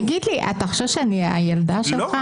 תגיד לי, אתה חושב שאני הילדה שלך?